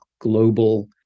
global